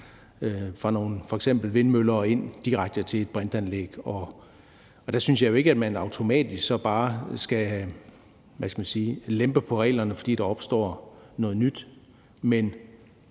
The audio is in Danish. fra nogle vindmøller og direkte ind til et brintanlæg. Der synes jeg jo ikke, at man automatisk så bare skal lempe på reglerne, fordi der opstår noget nyt, men